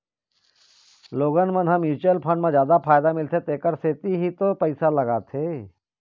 लोगन मन ह म्युचुअल फंड म जादा फायदा मिलथे तेखर सेती ही तो पइसा लगाथे